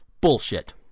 bullshit